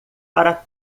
para